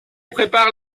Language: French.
prépare